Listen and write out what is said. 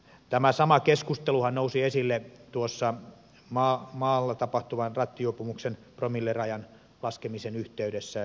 tämä sama keskusteluhan nousi esille maalla tapahtuvan rattijuopumuksen promillerajan laskemisen yhteydessä